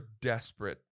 desperate